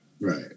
Right